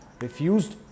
refused